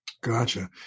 Gotcha